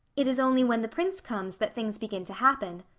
it is only when the prince comes that things begin to happen.